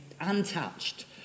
untouched